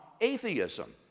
atheism